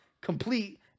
complete